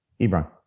Ebron